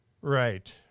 Right